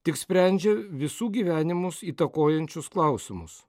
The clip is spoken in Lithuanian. tik sprendžia visų gyvenimus įtakojančius klausimus